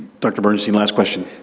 dr. bernstein. last question.